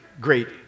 great